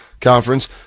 conference